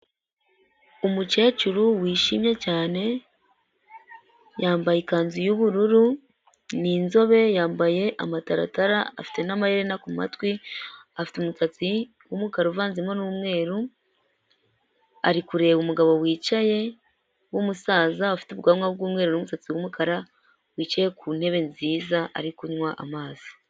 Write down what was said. Umukecuru wishimye cyane yambaye ikanzu y'ubururu ni inzobe, yambaye amataratara afite n'amaherena ku matwi, afite umutsatsi w'umukara uvanzemo n'umweru ari kureba umugabo wicaye w'umusaza ufite ubwanwa bw'umweru n'umusatsi w'umukara wicaye ku ntebe nziza ari kunywa amazi.